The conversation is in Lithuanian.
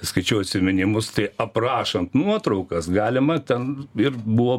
skaičiau atsiminimus tai aprašant nuotraukas galima ten ir buvo